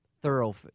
thorough